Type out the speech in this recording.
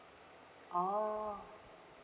oh